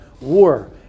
war